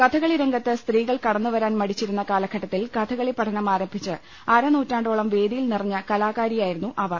കഥകളിരംഗത്ത് സ്ത്രീകൾ കടന്നുവരാൻ മടിച്ചിരുന്ന കാലഘട്ടത്തിൽ കഥകളി പഠനം ആരംഭിച്ച് അരനൂറ്റാണ്ടോളം വേദിയിൽ നിറഞ്ഞ കലാകാരിയായിരുന്നു അവർ